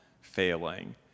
failing